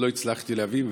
לא הצלחתי להבין,